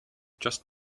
just